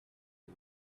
eat